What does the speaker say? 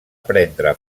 prendre